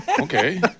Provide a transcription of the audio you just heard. Okay